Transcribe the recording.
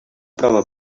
prova